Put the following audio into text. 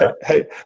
Hey